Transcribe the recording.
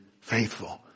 faithful